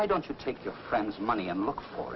why don't you take your friends money and look for